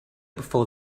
before